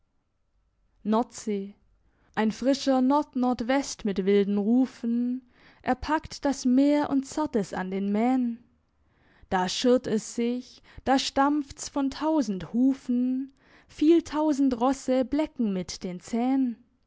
nordsee ein frischer nordnordwest mit wilden rufen er packt das meer und zerrt es an den mähnen da schirrt es sich da stampft's von tausend hufen viel tausend rosse blecken mit den zähnen